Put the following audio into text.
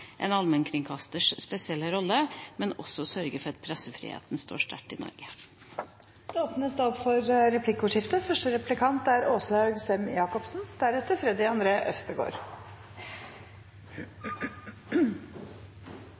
en allmennkringkasters spesielle rolle og det å sørge for at pressefriheten står sterkt i Norge. Det